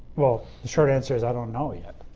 well the short answer is i don't know yet.